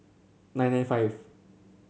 nine nine five